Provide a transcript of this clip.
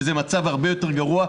וזה מצב הרבה יותר גרוע.